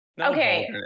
Okay